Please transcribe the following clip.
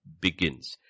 begins